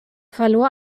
verlor